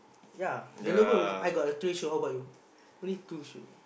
ya the logo I got a three shoe how about you only two shoe